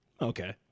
Okay